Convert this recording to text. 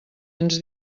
ens